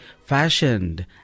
fashioned